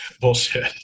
Bullshit